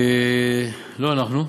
לא אנחנו.